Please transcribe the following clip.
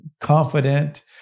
confident